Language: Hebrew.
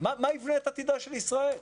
מה יבנה את עתידה של ישראל?